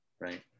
right